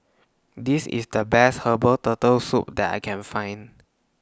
This IS The Best Herbal Turtle Soup that I Can Find